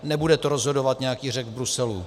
Nebude to rozhodovat nějaký Řek v Bruselu.